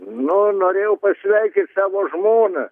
nu norėjau pasveikint savo žmoną